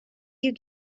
you